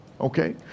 Okay